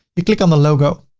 you click on the logo.